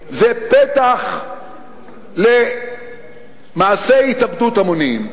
זה פתח למעשי התאבדות המוניים.